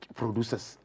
producers